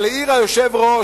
אבל העיר היושב-ראש